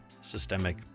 systemic